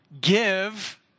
give